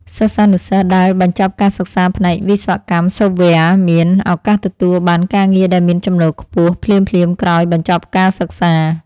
សិស្សានុសិស្សដែលបញ្ចប់ការសិក្សាផ្នែកវិស្វកម្មសូហ្វវែរមានឱកាសទទួលបានការងារដែលមានចំណូលខ្ពស់ភ្លាមៗក្រោយបញ្ចប់ការសិក្សា។